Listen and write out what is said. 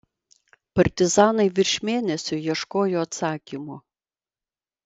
partizanai virš mėnesio ieškojo atsakymo